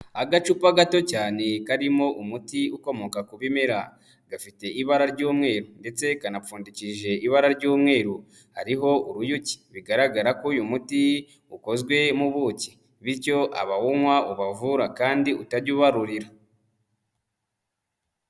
Agacupa gato cyane karimo umuti ukomoka ku bimera, gafite ibara ry'umweru, ndetse kanapfundikishije ibara ry'umweru, hariho uruyuki, bigaragara ko uyu muti ukozwe mu buki, bityo abawunywa ubavura kandi utajya ubarurira.